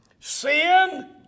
Sin